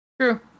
True